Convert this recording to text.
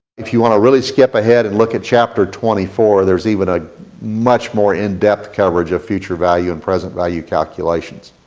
if you wanna really skip ahead and look at chapter twenty four there is even a much more in depth coverage of future value and present value calculations.